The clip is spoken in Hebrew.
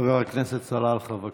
חבר הכנסת סלאלחה, בבקשה.